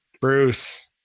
Bruce